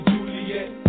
Juliet